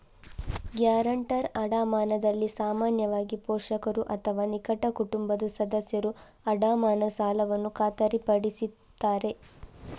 guarantor ಅಡಮಾನದಲ್ಲಿ ಸಾಮಾನ್ಯವಾಗಿ, ಪೋಷಕರು ಅಥವಾ ನಿಕಟ ಕುಟುಂಬದ ಸದಸ್ಯರು ಅಡಮಾನ ಸಾಲವನ್ನು ಖಾತರಿಪಡಿಸುತ್ತಾರೆ